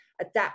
adapt